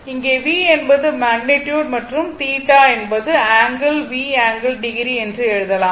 இங்கே V என்பது magnitude மற்றும் θ என்பது ஆங்கிள் V∠0o என்று எழுதலாம்